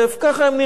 כך הם נראים.